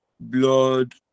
Blood